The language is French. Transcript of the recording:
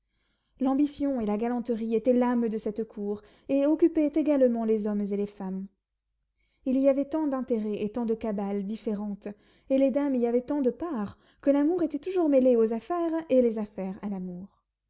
l'ambition et la galanterie étaient l'âme de cette cour et occupaient également les hommes et les femmes il y avait tant d'intérêts et tant de cabales différentes et les dames y avaient tant de part que l'amour était toujours mêlé aux affaires et les affaires à l'amour